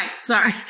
Sorry